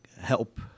help